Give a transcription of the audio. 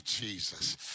Jesus